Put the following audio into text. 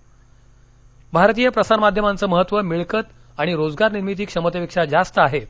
प्रसार माध्यम भारतीय प्रसार माध्यमांचं महत्व मिळकत आणि रोजगार निर्मिती क्षमतेपेक्षा जास्त आहे